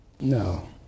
No